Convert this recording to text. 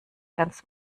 ganz